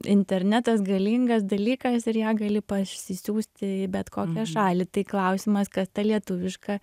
internetas galingas dalykas ir ją gali parsisiųsti į bet kokią šalį tai klausimas kas tą lietuvišką